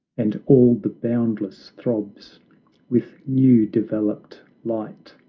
and all the boundless throbs with new-developed light!